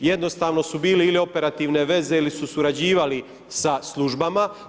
Jednostavno su bili ili operativne veze ili su surađivali sa službama.